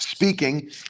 speaking